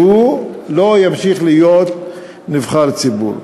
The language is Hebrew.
שהוא לא ימשיך להיות נבחר ציבור.